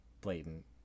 blatant